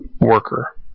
worker